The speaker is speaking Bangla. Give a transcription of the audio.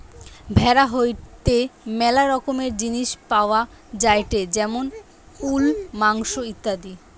ভেড়া হইতে ম্যালা রকমের জিনিস পাওয়া যায়টে যেমন উল, মাংস ইত্যাদি